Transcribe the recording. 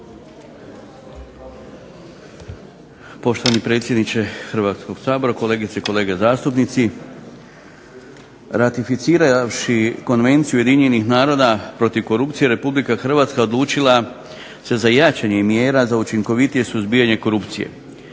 Poštovani predsjedniče Hrvatskog sabora, kolegice i kolege zastupnici. Ratificiravši Konvenciju UN-a protiv korupcije RH je odlučila se za jačanje mjera za učinkovitije suzbijanje korupcije,